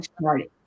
started